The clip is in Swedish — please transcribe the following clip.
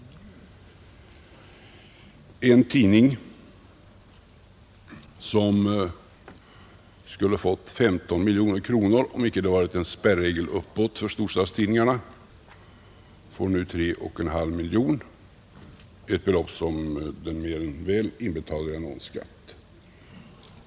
En tidning, som skulle ha fått 15 miljoner kronor, om det icke varit en spärregel uppåt för storstadstidningarna, får nu 3,5 miljoner, ett belopp som den mer än väl inbetalar i annonsskatt.